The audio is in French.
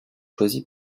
choisi